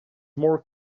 more